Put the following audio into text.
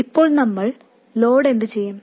ഇപ്പോൾ നമ്മൾ ലോഡ് എന്തുചെയ്യും